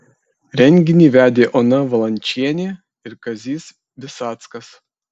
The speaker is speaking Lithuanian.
renginį vedė ona valančienė ir kazys visackas